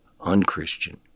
unchristian